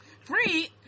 free